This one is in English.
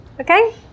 okay